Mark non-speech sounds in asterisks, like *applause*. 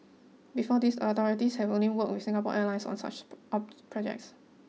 before this the authorities have only worked with Singapore Airlines on such *unintelligible* projects